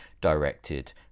directed